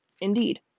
Indeed